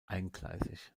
eingleisig